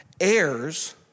heirs